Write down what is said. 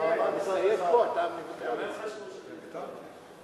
חשבו שזו היסטוריה.